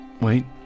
Wait